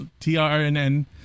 TRNN